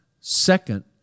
Second